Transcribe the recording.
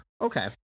Okay